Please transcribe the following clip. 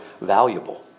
valuable